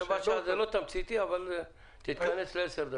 רבע שעה זה לא תמציתי אבל תתכנס ל-10 דקות.